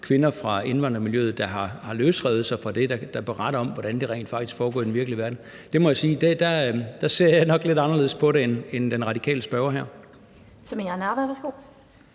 kvinder fra indvandrermiljøet, der har løsrevet sig fra det, og som beretter om, hvordan det rent faktisk foregår i den virkelige verden. Der ser jeg nok lidt anderledes på det, end den radikale spørger her gør; det må jeg sige.